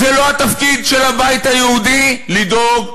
זה לא התפקיד של הבית היהודי לדאוג,